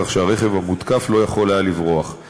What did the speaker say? כך שהרכב המותקף לא יכול היה לברוח מהמקום.